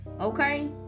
okay